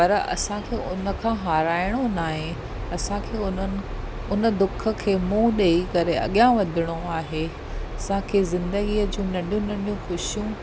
पर असांखे हुनखां हाराइणो न आहे असांखे उन्हनि उन दुख़ खे मुंहुं ॾेई करे अॻियां वधणो आहे असांखे ज़िंदगीअ जूं नंढियूं नंढियूं ख़ुशियूं